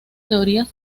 teorías